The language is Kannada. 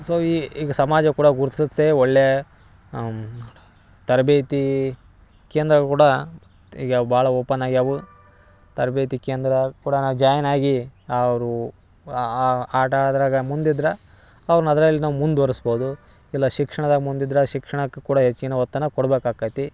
ಸೊ ಈಗ ಸಮಾಜ ಕೂಡ ಗುರ್ತ್ಸತ್ತೆ ಒಳ್ಳೆಯ ತರಬೇತಿ ಕೇಂದ್ರ ಕೂಡ ಈಗ ಭಾಳ ಓಪನ್ ಆಗ್ಯಾವು ತರಬೇತಿ ಕೇಂದ್ರ ಕೂಡ ನಾ ಜಾಯ್ನ್ ಆಗಿ ಅವರು ಆಟ ಆಡದ್ರಾಗ ಮುಂದು ಇದ್ರ ಅವ್ರ್ನ ಅದ್ರಲ್ಲಿ ನಾವು ಮುಂದ್ವರ್ಸ್ಬೌದು ಇಲ್ಲ ಶಿಕ್ಷಣ್ದಾಗ ಮುಂದಿದ್ರ ಶಿಕ್ಷಣಕ್ಕೆ ಕೂಡ ಹೆಚ್ಚಿನ ಒತ್ತನ್ನ ಕೊಡಬೇಕಾಕ್ಕತಿ